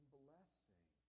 blessing